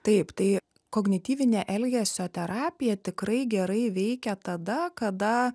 taip tai kognityvinė elgesio terapija tikrai gerai veikia tada kada